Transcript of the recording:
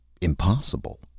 impossible